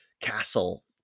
castle